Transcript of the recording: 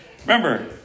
Remember